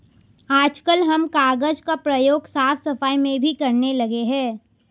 आजकल हम कागज का प्रयोग साफ सफाई में भी करने लगे हैं